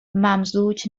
ممزوج